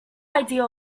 idea